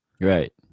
right